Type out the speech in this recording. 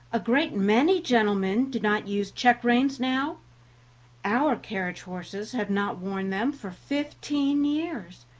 a great many gentlemen do not use check-reins now our carriage horses have not worn them for fifteen years,